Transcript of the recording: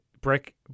Brick